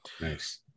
Nice